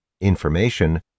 information